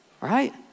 right